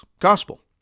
gospel